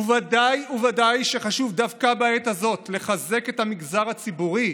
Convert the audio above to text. ודאי וודאי שחשוב דווקא בעת הזאת לחזק את המגזר הציבורי,